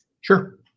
Sure